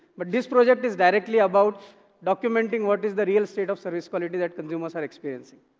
but this project is directly about documenting what is the real state of service quality that consumers are experiencing.